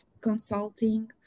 consulting